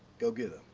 go get